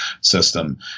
system